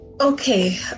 Okay